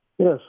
Yes